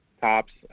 tops